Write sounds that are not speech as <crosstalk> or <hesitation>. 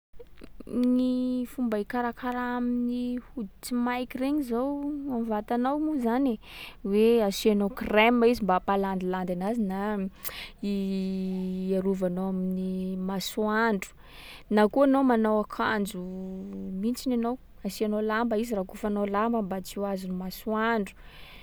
Gny fomba hikarakaraha amin’ny hoditsy maiky regny zao, am'vatanao moa zany e, hoe asiànao crème izy mba hampalandilandy anazy na <noise> i <hesitation> iarovanao amin’ny masoandro. Na koa anao manao akanjo mihitsiny anao, asiànao lamba izy, rakofanao lamba mba tsy ho azon'ny masoandro.